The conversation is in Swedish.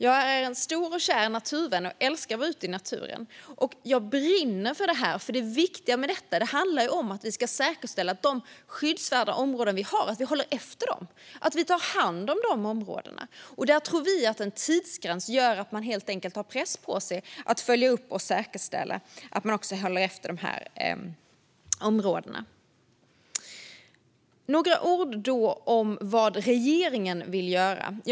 Jag är en stor och kär naturvän och älskar att vara ute i naturen, och jag brinner för detta. Det handlar nämligen om att vi ska säkerställa att vi håller efter och tar hand om de skyddsvärda områden vi har. Vi tror att en tidsgräns gör att man helt enkelt får press på sig att följa upp och säkerställa att man håller efter dessa områden. Några ord om vad regeringen vill göra.